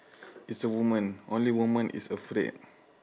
it's a woman only woman is afraid